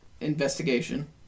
investigation